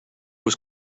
was